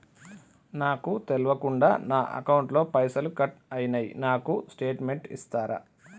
నాకు తెల్వకుండా నా అకౌంట్ ల పైసల్ కట్ అయినై నాకు స్టేటుమెంట్ ఇస్తరా?